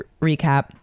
recap